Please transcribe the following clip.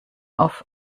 auf